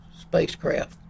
spacecraft